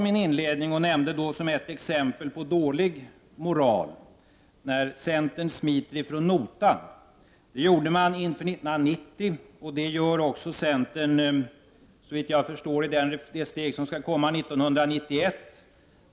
Jag nämnde som ett exempel på dålig moral när centern smiter från notan. Det gjorde centern inför 1990, och det gör centern, såvitt jag förstår, även i det steg som skall tas 1991.